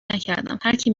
نکردم، هرکی